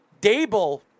Dable